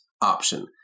option